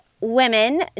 women